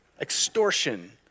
extortion